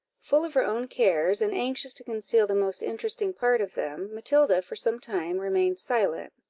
full of her own cares, and anxious to conceal the most interesting part of them, matilda for some time remained silent,